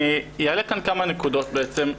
אני אעלה כאן כמה נקודות בעצם.